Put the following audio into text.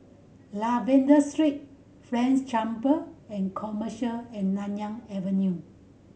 Lavender Street French Chamber and Commerce and Nanyang Avenue